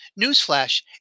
Newsflash